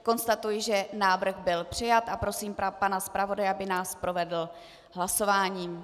Konstatuji, že návrh byl přijat, a prosím pana zpravodaje, aby nás provedl hlasováním.